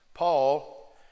Paul